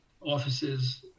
offices